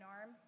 arm